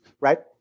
right